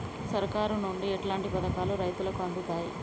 సర్కారు నుండి ఎట్లాంటి పథకాలు రైతులకి అందుతయ్?